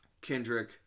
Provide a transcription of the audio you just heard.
Kendrick